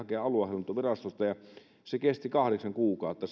piti hakea aluehallintovirastosta ja se kesti kahdeksan kuukautta